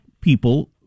people